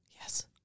Yes